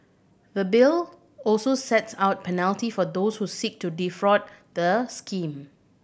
the Bill also sets out penalty for those who seek to defraud the scheme